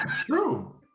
True